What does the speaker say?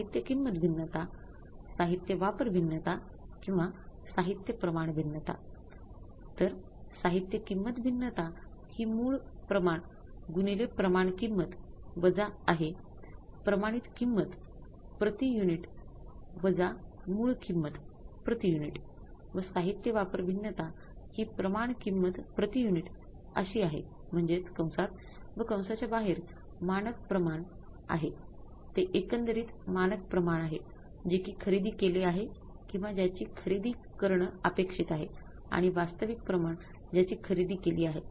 तर साहित्य किंमत भिन्नता ज्याची खरेदी केली आहे